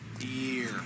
year